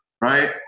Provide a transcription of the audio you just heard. right